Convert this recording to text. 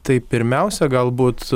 tai pirmiausia galbūt